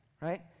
right